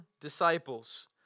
disciples